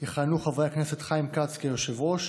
יכהנו חברי הכנסת חיים כץ כיושב-ראש,